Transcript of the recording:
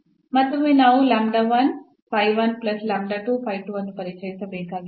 ಮತ್ತೊಮ್ಮೆ ನಾವು ಅನ್ನು ಪರಿಚಯಿಸಬೇಕಾಗಿದೆ